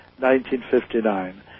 1959